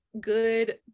good